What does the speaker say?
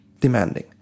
demanding